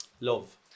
Love